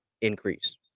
increase